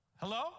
Hello